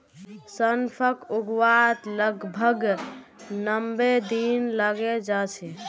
सौंफक उगवात लगभग नब्बे दिन लगे जाच्छे